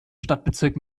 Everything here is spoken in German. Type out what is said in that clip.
stadtbezirk